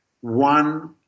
one